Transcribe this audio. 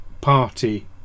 party